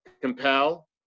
compel